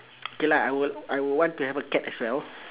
okay lah I would I would want to have a cat as well